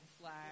flag